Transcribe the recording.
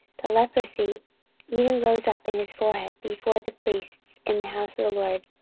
the leprosy even rose up in his forehead before the priests in the house of the lord,